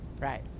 Right